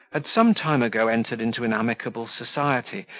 had some time ago entered into an amicable society,